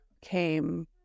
came